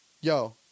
yo